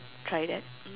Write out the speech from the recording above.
try that